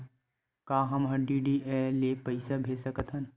का हम डी.डी ले पईसा भेज सकत हन?